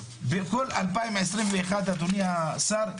בכל 2021 אדוני השר,